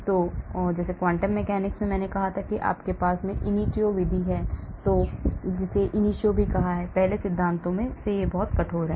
तो जैसे quantum mechanics में मैंने कहा था कि हमारे पास इनिटियो विधि है जो पहले सिद्धांतों से बहुत कठोर है